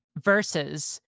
versus